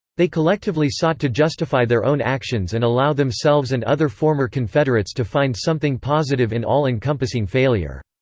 they collectively sought to justify their own actions and allow themselves and other former confederates to find something positive in all-encompassing failure.